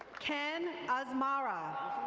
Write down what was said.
ken asmara.